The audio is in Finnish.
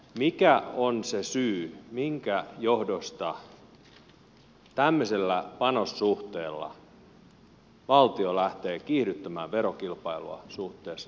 mikä on se syy minkä johdosta tämmöisellä panossuhteella valtio lähtee kiihdyttämään verokilpailua suhteessa naapurimaihin